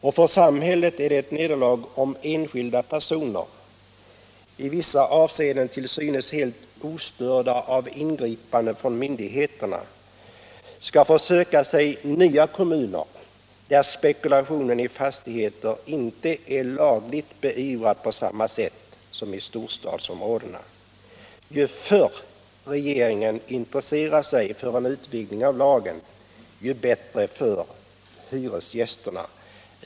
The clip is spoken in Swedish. Och för samhället är det ett nederlag om enskilda personer — i vissa avseenden till synes helt ostörda av ingripanden från myndigheterna — skall få söka sig nya kommuner där spekulationen i fastigheter inte är lagligt beivrad på samma sätt som i storstadsområdena. Ju förr re geringen intresserar sig för en utvidgning av lagen, desto bättre för hyresgästerna.